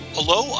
Hello